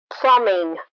plumbing